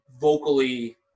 vocally